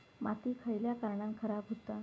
माती खयल्या कारणान खराब हुता?